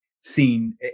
seen